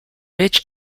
rich